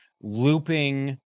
looping